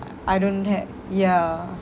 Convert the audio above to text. I don't have ya